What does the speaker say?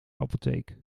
apotheek